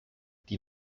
die